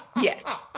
yes